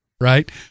right